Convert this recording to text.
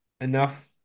enough